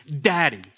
Daddy